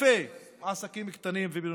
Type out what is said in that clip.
אלפי עסקים קטנים ובינוניים.